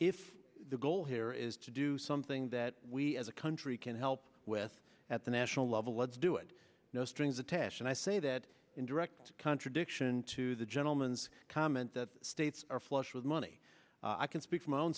if the goal here is to do something that we as a country can help with at the national level let's do it no strings attached and i say that in direct contradiction to the gentleman's comment that states are flush with money i can speak for my own